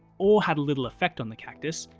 or had little effect on the cactus,